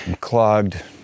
clogged